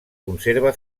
conserva